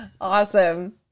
Awesome